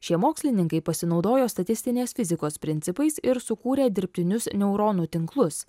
šie mokslininkai pasinaudojo statistinės fizikos principais ir sukūrė dirbtinius neuronų tinklus